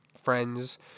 friends